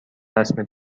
رسم